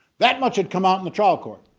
that much had come out in the trial court.